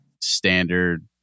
standard